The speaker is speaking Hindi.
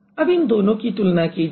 अब इन दोनों की तुलना कीजिये